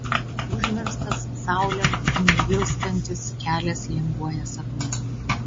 užverstas saulėm neilstantis kelias linguoja sapne